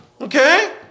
Okay